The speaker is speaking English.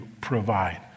provide